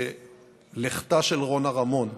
לכתה של רונה רמון.